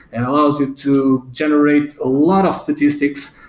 and allows you to generate a lot of statistics,